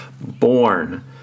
born